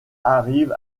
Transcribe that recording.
arrive